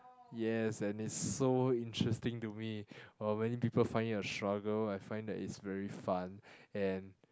yes and it's so interesting to me while many people find it a struggle I find that it's very fun and